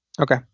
Okay